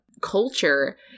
culture